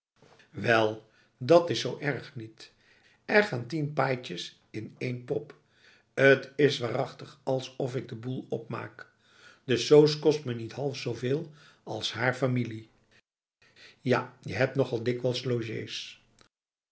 wel dat is zo erg niet er gaan tien paitjes in één pop t is waarachtig alsof ik de boel opmaak de soos kost me niet half zoveel als haar familie ja je hebt nogal dikwijls